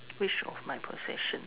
which of my possession